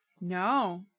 No